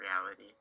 reality